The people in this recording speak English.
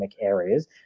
areas